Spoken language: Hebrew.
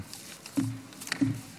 כן, שאלת המשך.